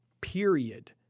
period